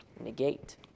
negate